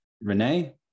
Renee